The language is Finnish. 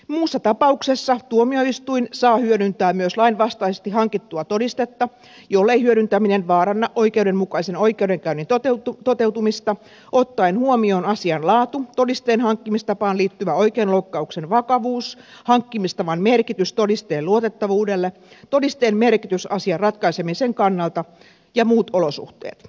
muussa tapauksessa tuomioistuin saa hyödyntää myös lainvastaisesti hankittua todistetta jollei hyödyntäminen vaaranna oikeudenmukaisen oikeudenkäynnin toteutumista ottaen huomioon asian laatu todisteen hankkimistapaan liittyvä oikeudenloukkauksen vakavuus hankkimistavan merkitys todisteen luotettavuudelle todisteen merkitys asian ratkaisemisen kannalta ja muut olosuhteet